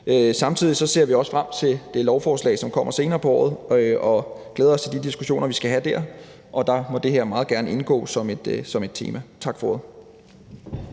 Samtidig ser vi også frem til det lovforslag, som kommer senere på året, og vi glæder os til de diskussioner, vi skal have der. Der må det her meget gerne indgå som et tema. Tak for ordet.